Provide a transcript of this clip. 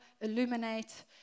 illuminate